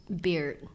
beard